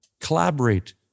collaborate